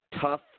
tough